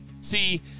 see